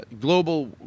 global